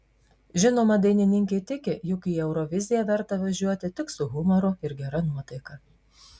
žinoma dainininkė tiki jog į euroviziją verta važiuoti tik su humoru ir gera nuotaika